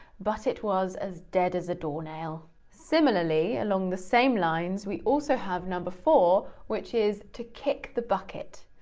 but it was as dead as a doornail. similarly, along the same lines, we also have number four, which is, to kick the bucket,